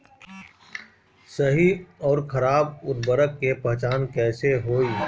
सही अउर खराब उर्बरक के पहचान कैसे होई?